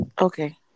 Okay